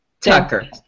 Tucker